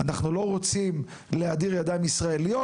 אנחנו לא רוצים להאדיר ידיים ישראליות,